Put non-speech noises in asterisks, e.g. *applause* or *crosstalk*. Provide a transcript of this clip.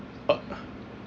*noise*